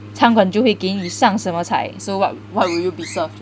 餐馆就会给你上什么菜 so what what you will be served